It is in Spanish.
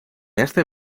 este